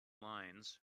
lines